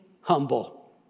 humble